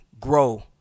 grow